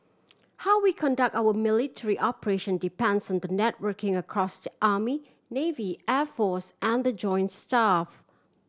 how we conduct our military operation depends on the networking across the army navy air force and the joint staff